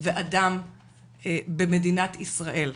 ואדם במדינת ישראל.